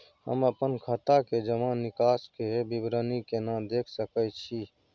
हम अपन खाता के जमा निकास के विवरणी केना देख सकै छी?